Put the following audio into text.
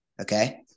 okay